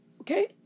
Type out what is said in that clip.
Okay